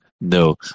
No